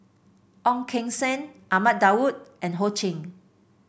Ong Keng Sen Ahmad Daud and Ho Ching